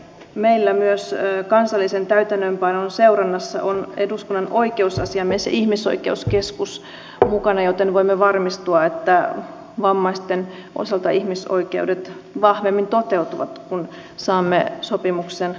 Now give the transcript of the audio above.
meillä myös kansallisen täytäntöönpanon seurannassa ovat eduskunnan oikeusasiamies ja ihmisoikeuskeskus mukana joten voimme varmistua että vammaisten osalta ihmisoikeudet vahvemmin toteutuvat kun saamme sopimuksen ratifioitua